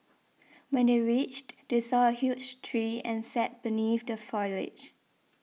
when they reached they saw a huge tree and sat beneath the foliage